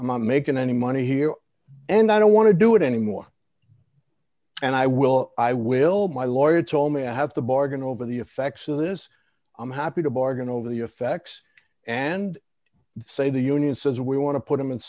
not making any money here and i don't want to do it anymore and i will i will my lawyer told me i have to bargain over the effects of this i'm happy to bargain over the effects and say the union says we want to put him in